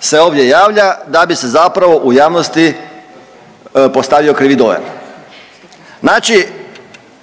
se ovdje javlja da bi se zapravo u javnosti postavio krivi dojam. Znači,